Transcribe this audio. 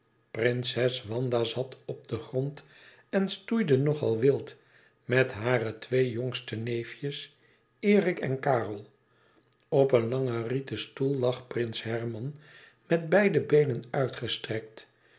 prinses wanda zat op den grond en stoeide nog al wild met hare twee jongste neefjes erik en karel op een langen rieten stoel lag prins herman met beide beenen uitgestrekt